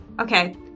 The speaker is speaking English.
Okay